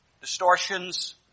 distortions